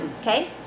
Okay